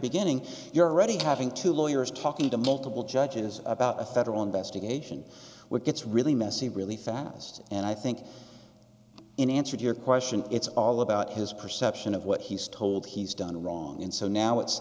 beginning you're already having two lawyers talking to multiple judges about a federal investigation which gets really messy really fast and i think in answered your question it's all about his perception of what he's told he's done wrong and so now it's